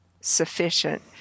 sufficient